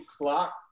clock